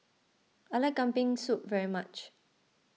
I like Kambing Soup very much